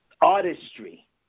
artistry